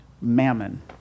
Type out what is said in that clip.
mammon